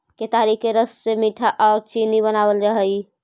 केतारी के रस से मीठा आउ चीनी बनाबल जा हई